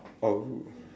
oh